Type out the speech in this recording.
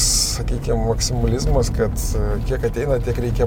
sakykim maksimalizmas kad kiek ateina tiek reikia